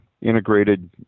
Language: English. Integrated